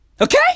Okay